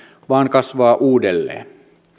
vaan kasvaa uudelleen